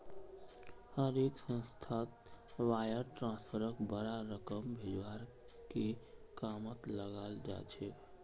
हर एक संस्थात वायर ट्रांस्फरक बडा रकम भेजवार के कामत लगाल जा छेक